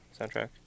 soundtrack